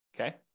Okay